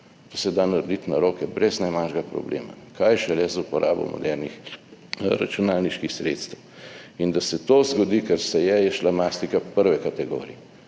To se da narediti na roke, brez najmanjšega problema kaj šele z uporabo modernih računalniških sredstev. In da se to zgodi, ker se je, je šlamastika prve kategorije,